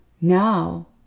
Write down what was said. Now